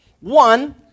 one